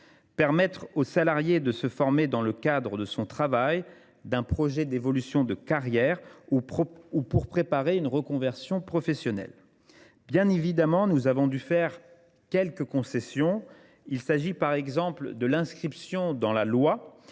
permettant au salarié de se former dans le cadre de son travail, en vue d’un projet d’évolution de carrière ou pour préparer une reconversion professionnelle. Bien évidemment, nous avons dû faire quelques concessions. Ainsi, nous avons accepté d’inscrire dans la loi